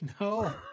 No